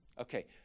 Okay